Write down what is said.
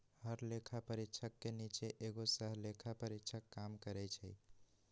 हर लेखा परीक्षक के नीचे एगो सहलेखा परीक्षक काम करई छई